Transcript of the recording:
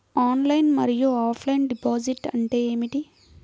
Online మరియు offline deposit అంటే ఏమిటి?